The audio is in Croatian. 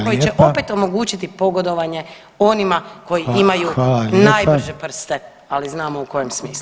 koji će opet omogućiti pogodovanje onima koji imaju najbrže prste ali znamo u kojem smislu.